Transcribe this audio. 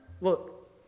look